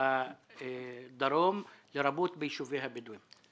בדרום לרבות ביישובי הבדואים?